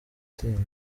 itinze